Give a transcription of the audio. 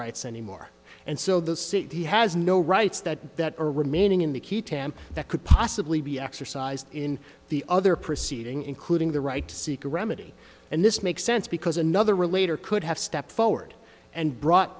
rights anymore and so the city has no rights that are remaining in the key tamp that could possibly be exercised in the other proceeding including the right to seek a remedy and this makes sense because another relator could have stepped forward and brought